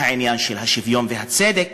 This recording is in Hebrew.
מהעניין של השוויון והצדק,